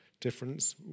difference